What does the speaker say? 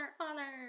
Honor